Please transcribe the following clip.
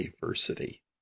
diversity